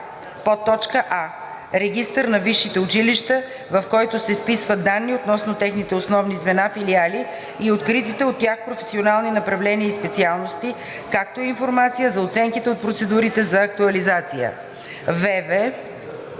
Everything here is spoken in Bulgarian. така: „а) регистър на висшите училища, в който се вписват данни относно техните основни звена, филиали и откритите от тях професионални направления и специалности, както и информация за оценките от процедурите за акредитация;“